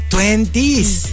Twenties